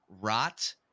rot